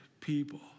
people